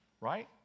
Right